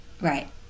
Right